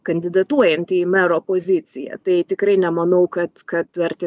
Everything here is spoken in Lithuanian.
kandidatuojantį į mero poziciją tai tikrai nemanau kad kad arti